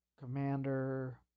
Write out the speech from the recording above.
Commander